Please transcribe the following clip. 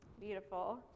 beautiful